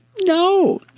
No